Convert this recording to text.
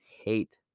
hate